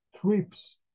trips